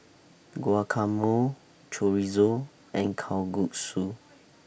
Guacamole Chorizo and Kalguksu